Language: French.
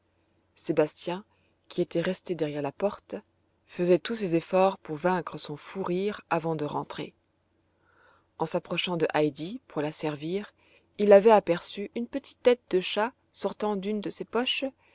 sébastien qui était resté derrière la porte faisait tous ses efforts pour vaincre son fou rire avant de rentrer en s'approchant de heidi pour la servir il avait aperçu une petite tête de chat sortant d'une de ses poches